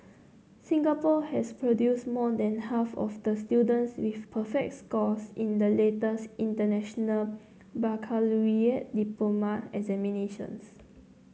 Singapore has produced more than half of the students with perfect scores in the latest International Baccalaureate diploma examinations